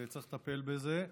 וצריך לטפל בזה.